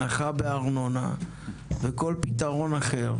הנחה בארנונה וכל פתרון אחר,